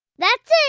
that's it.